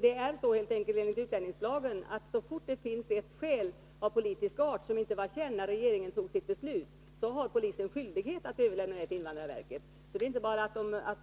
Det är helt enkelt så, enligt utlänningslagen, att så fort det finns ett skäl av politisk art som inte varit känt när regeringen fattat sitt beslut har polisen skyldighet att överlämna ärendet till invandrarverket. Det är inte så att